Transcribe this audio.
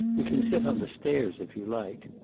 we can sit on the stairs, if you like.